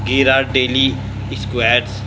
Ghirardelli squares